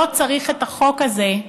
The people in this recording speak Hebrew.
לא צריך את החוק הזה,